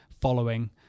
following